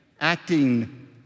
acting